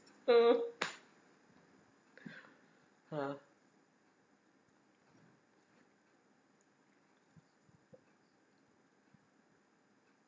!huh! ha